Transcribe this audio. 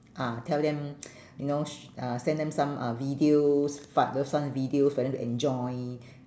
ah tell them you know sh~ uh send them some uh videos fat those funny videos for them to enjoy